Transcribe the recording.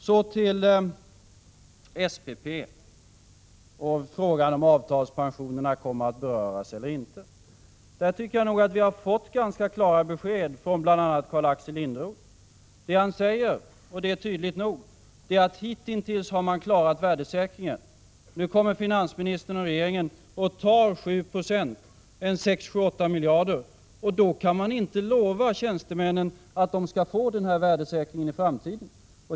Så till SPP och frågan om avtalspensionerna kommer att beröras eller inte. Bl.a. Karl-Axel Linderoth har givit ganska klara besked på den punkten. Han säger — och det är tydligt nog — att värdesäkringen hitintills har klarats. Nu kommer finansministern och regeringen att ta 7 20, dvs. 6-8 miljarder, och man kan inte lova tjänstemännen att de skall få den värdesäkringen i framtiden.